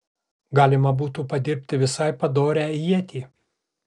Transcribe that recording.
galima būtų padirbti visai padorią ietį